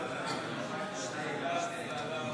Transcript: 60 נגד.